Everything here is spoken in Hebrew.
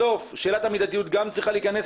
בסוף שאלת המידתיות גם צריכה להיכנס